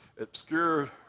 obscure